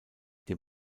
dem